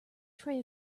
tray